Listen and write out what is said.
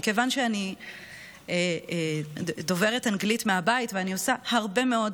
מכיוון שאני דוברת אנגלית מהבית ואני עושה הרבה מאוד